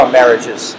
marriages